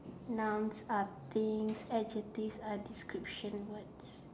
nouns are things adjectives are description words